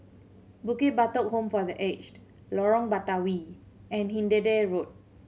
Bukit Batok Home for The Aged Lorong Batawi and Hindhede Road